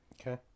okay